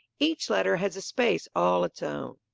each letter has a space all its own.